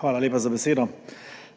Hvala lepa za besedo.